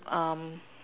um